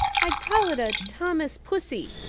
i'd call it a thomas pussy,